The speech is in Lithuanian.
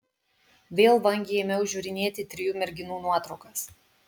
vėl vangiai ėmiau žiūrinėti trijų merginų nuotraukas